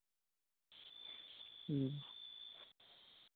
ᱦᱮᱸ